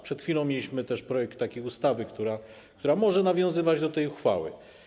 Przed chwilą omawialiśmy też projekt takiej ustawy, która może nawiązywać do tej uchwały.